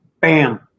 bam